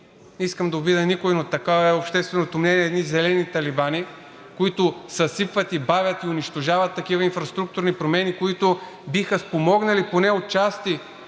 искам да обидя никого, но такова е общественото мнение – едни зелени талибани, които съсипват и бавят и унищожават такива инфраструктурни промени, които биха спомогнали поне отчасти